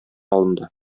алынды